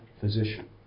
physician